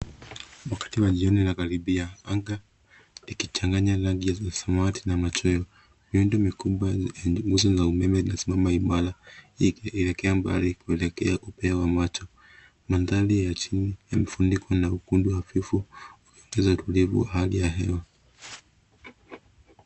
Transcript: wakati wa jion inakaribia anga ikichanganya rangi ya samawati na Machweo Miundo mikubwa yenye nguzo za umeme zimesimama imara ikielekea Mbali kuelekea upeo wa Macho. Mandhari ya Chini imefunikwa na ukundu vifuu ikiongeza utulivu wa hali ya hewa.